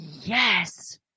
Yes